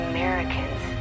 Americans